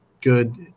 good